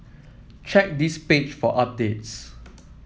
check this page for updates